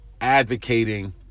advocating